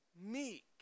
meek